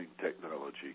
technology